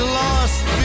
lost